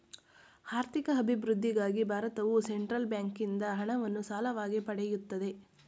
ಆರ್ಥಿಕ ಅಭಿವೃದ್ಧಿಗಾಗಿ ಭಾರತವು ಸೆಂಟ್ರಲ್ ಬ್ಯಾಂಕಿಂದ ಹಣವನ್ನು ಸಾಲವಾಗಿ ಪಡೆಯುತ್ತದೆ